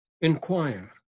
inquire